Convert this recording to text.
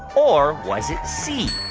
or was it c,